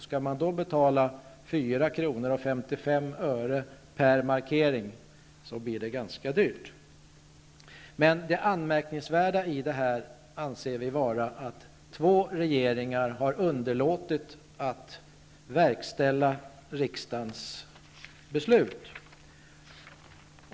Skall man betala 4:55 kr. per markering, blir det ganska dyrt. Det anmärkningsvärda i det här sammanhanget anser vi alltså vara att två regeringar har underlåtit att verkställa riksdagens beslut.